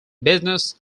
business